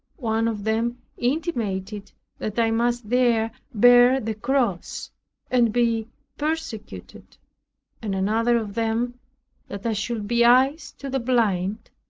one of them intimated that i must there bear the cross and be persecuted and another of them that i should be eyes to the blind,